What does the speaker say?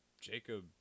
Jacob